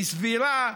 היא סבירה,